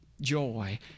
joy